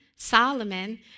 solomon